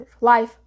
life